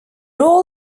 all